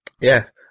Yes